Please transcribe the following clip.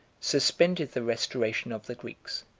suspended the restoration of the greeks.